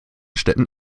städten